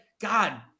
God